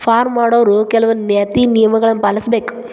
farm ಮಾಡೊವ್ರು ಕೆಲ್ವ ನೇತಿ ನಿಯಮಗಳನ್ನು ಪಾಲಿಸಬೇಕ